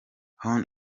hon